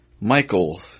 Michael